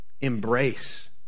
embrace